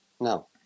No